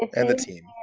um and the team, ah